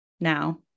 now